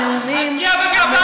פגיעה בחיילי צה"ל.